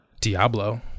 diablo